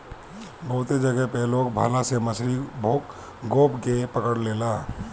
बहुते जगह पे लोग भाला से मछरी गोभ के पकड़ लेला